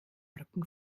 rücken